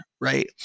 right